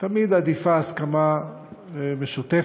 תמיד עדיפה הסכמה משותפת,